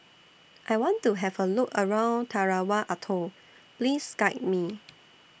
I want to Have A Look around Tarawa Atoll Please Guide Me